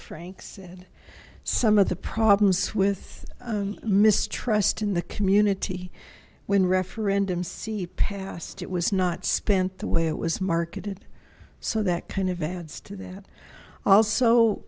frank said some of the problems with mistrust in the community when referendum see past it was not spent the way it was marketed so that kind of adds to